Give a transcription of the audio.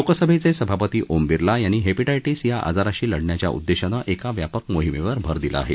लोकसभेचे सभापती ओम बिर्ला यांनी हेपीटायटीस या आजाराशी लढण्याच्या उद्देशानं एका व्यापक मोहीमेवर भर दिला आहे